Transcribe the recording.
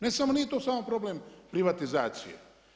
Ne samo, nije to samo problem privatizacije.